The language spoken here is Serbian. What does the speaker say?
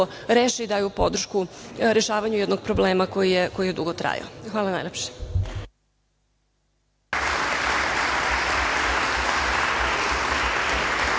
reše i daju podršku rešavanju jednog problema koji je dugo trajao. Hvala najlepše.